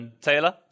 Taylor